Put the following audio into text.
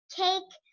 cake